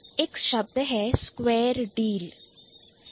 Square Deal square deal एक शब्द है